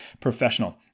professional